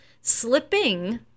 slipping